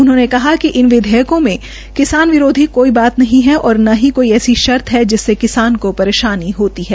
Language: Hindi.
उन्होंने कहा कि इन विधेयकों में किसान विरोधी कोई बात नहीं है और न ही ऐसी कोई शर्त है जिससे किसान को परेशानी होती हो